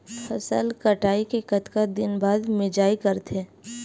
फसल कटाई के कतका दिन बाद मिजाई करथे?